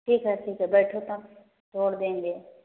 ठीक है ठीक है बैठो तुम छोड़ देंगे